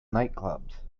nightclubs